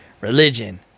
Religion